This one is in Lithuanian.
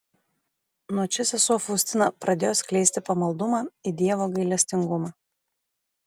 nuo čia sesuo faustina pradėjo skleisti pamaldumą į dievo gailestingumą